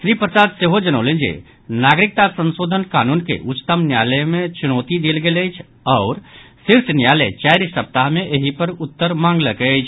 श्री प्रसाद सेहो जनौलनि जे नागरिकता संशोधन कानून के उच्चतम न्यायालय मे चुनौती देल गेल अछि आओर शीर्ष न्यायालय चारि सप्ताह मे एहि पर उत्तर मांगलक अछि